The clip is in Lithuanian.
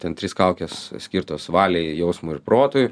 ten trys kaukės skirtos valiai jausmui ir protui